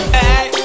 hey